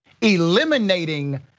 eliminating